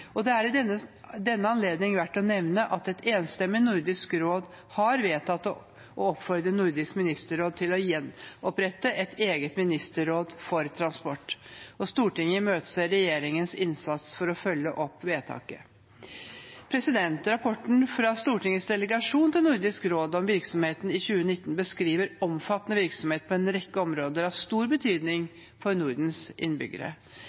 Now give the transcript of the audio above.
og vei- og togtransport, og det er ved denne anledning verdt å nevne at et enstemmig Nordisk råd har vedtatt å oppfordre Nordisk ministerråd til å gjenopprette et eget ministerråd for transport. Stortinget imøteser regjeringens innsats for å følge opp vedtaket. Rapporten fra Stortingets delegasjon til Nordisk råd om virksomheten i 2019 beskriver omfattende virksomhet på en rekke områder av stor betydning for Nordens innbyggere.